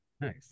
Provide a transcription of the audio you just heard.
Nice